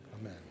Amen